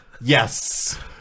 Yes